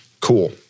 Cool